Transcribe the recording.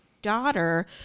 daughter